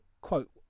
quote